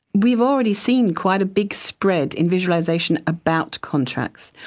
we've already seen quite a big spread in visualisation about contracts.